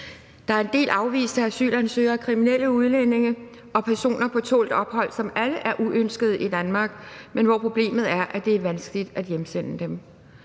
Der er en del afviste asylansøgere og kriminelle udlændinge og personer på tålt ophold, som alle er uønskede i Danmark, men hvor problemet er, at det er vanskeligt at hjemsende dem.